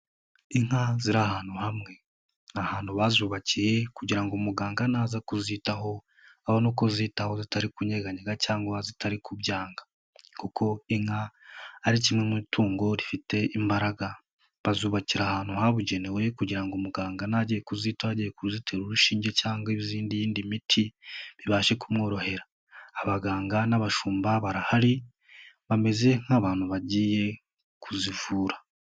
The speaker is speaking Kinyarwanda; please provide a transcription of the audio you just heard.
Inka ziri ahantu hamwe ahantu bazubakiye kugira ngo muganga naza kuzitaho abone uko azitaho zitari kunyeganyega cyangwa zitari kubyanga kuko inka ari kimwe mu itungo rifite imbaraga. Bazubakira ahantu habugenewe kugira ngo umuganga naba agiye kuzitaho agiye kuzitera urushinge cyangwa izindi ,iyindi miti bibashe kumworohera. Abaganga n'abashumba barahari bameze nk'abantu bagiye kuzivura.